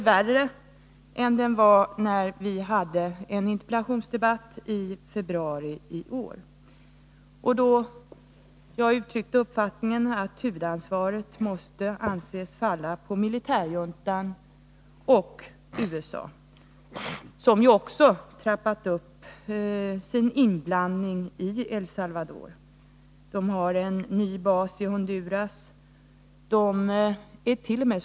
värre än den var när vi hade en interpellationsdebatt i februari i år, då jag uttryckte uppfattningen att huvudansvaret måste falla på militärjuntan och USA, som ju också har troppat upp sin inblandning i El Salvador. USA har en ny bas i Honduras, och man är tt.o.m.